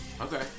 Okay